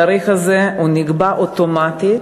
התאריך הזה נקבע אוטומטית